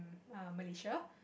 err Malaysia